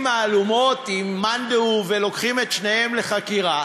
מהלומות עם מאן דהוא ולוקחים את כולם לחקירה.